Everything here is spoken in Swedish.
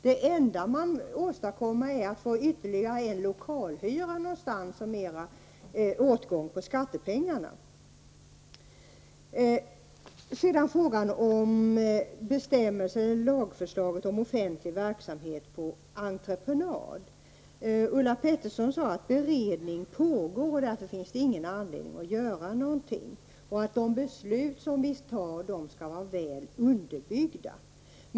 Det enda man åstadkommer är ytterligare en lokalhyra och mera åtgång på skattepengarna. Ulla Pettersson sade att beredning pågår när det gäller lagförslaget om offentlig verksamhet på entreprenad och att det därför inte finns någon anledning att göra något. De beslut som vi fattar skall vara väl underbyggda.